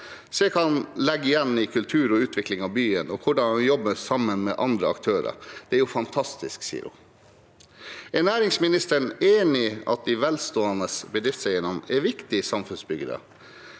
Se hva han legger igjen i kultur og utvikling av byen og hvordan han jobber sammen med andre aktører. Det er jo fantastisk.» Er næringsministeren enig i at de velstående bedriftseierne er viktige samfunnsbyggere